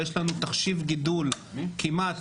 ויש לנו תחשיב גידול כמעט,